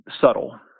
subtle